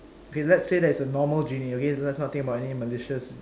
okay let say that it's a normal genie okay let's not think about any malicious